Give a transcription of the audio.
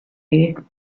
here